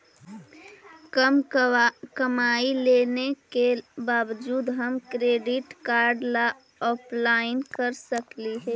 कम कमाई होने के बाबजूद हम क्रेडिट कार्ड ला अप्लाई कर सकली हे?